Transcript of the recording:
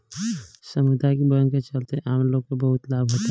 सामुदायिक बैंक के चलते आम लोग के बहुत लाभ होता